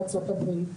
איפה יהודי ארצות הברית?